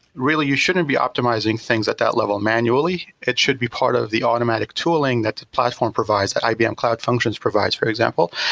really you shouldn't be optimizing things at that level manually. it should be part of the automatic tooling that the platform provides that ibm cloud functions provides, for example,